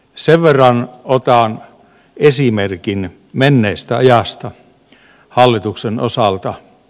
sen verran otan esimerkin menneestä ajasta hallituksen osalta